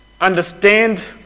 understand